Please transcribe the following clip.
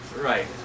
Right